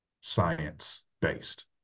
science-based